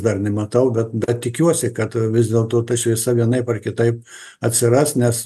dar nematau bet tikiuosi kad vis dėlto ta šviesa vienaip ar kitaip atsiras nes